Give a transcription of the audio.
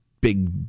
big